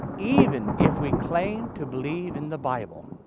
even if we claim to believe in the bible.